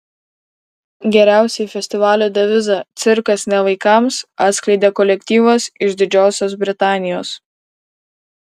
geriausiai festivalio devizą cirkas ne vaikams atskleidė kolektyvas iš didžiosios britanijos